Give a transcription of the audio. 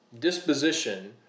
disposition